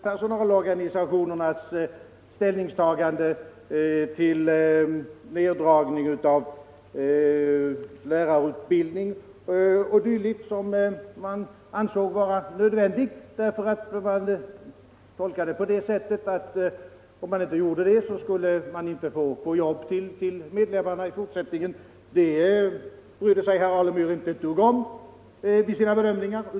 Personalorganisationernas ställningstagande till nerdragning av lärarutbildning, något som man ansåg nödvändigt därför att det annars skulle bli svårt för medlemmarna att få arbete i fortsättningen, brydde sig herr Alemyr inte ett dugg om vid sina bedömningar.